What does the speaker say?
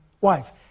wife—